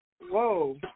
Whoa